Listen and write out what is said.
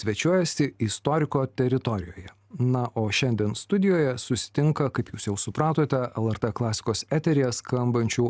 svečiuojasi istoriko teritorijoje na o šiandien studijoje susitinka kaip jūs jau supratote lrt klasikos eteryje skambančių